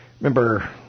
Remember